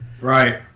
right